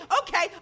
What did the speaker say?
okay